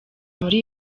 muri